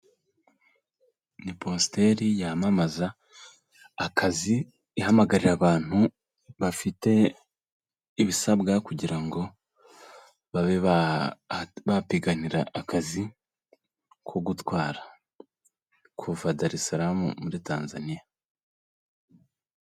Ni positeri yamamaza akazi ihamagarira abantu bafite ibisabwa kugira ngo babe bapiganira akazi ko gutwara, kuva Dari sarama muri Tanzania.